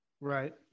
right